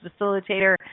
facilitator